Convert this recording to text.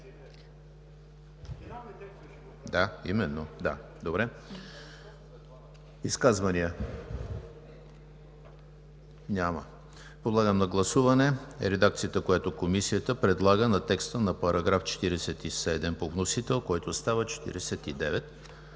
Да, именно. Добре. Изказвания? Няма. Подлагам на гласуване редакцията, която Комисията предлага на текста на § 47 по вносител, който става § 49.